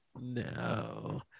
no